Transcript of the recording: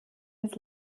ins